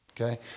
Okay